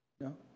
no